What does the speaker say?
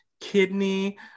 kidney